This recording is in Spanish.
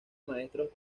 maestros